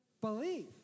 believe